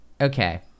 Okay